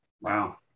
wow